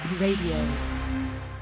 Radio